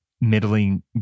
middling